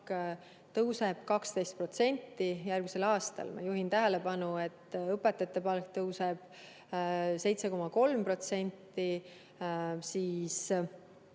päästjate palk tõuseb järgmisel aastal 12%. Ma juhin tähelepanu, et õpetajate palk tõuseb 7,3%.